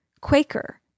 Quaker